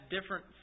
different